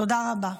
תודה רבה.